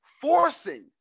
forcing